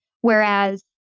Whereas